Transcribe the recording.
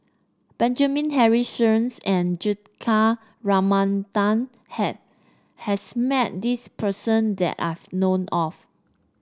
Benjamin Henry Sheares and Juthika Ramanathan has met this person that I know of